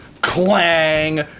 clang